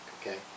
okay